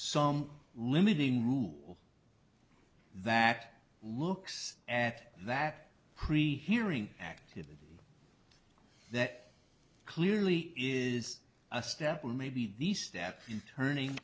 some limiting rule that looks at that pre hearing activity that clearly is a step and maybe the step turning